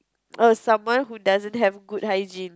oh someone who doesn't have good hygiene